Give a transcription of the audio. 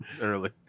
Early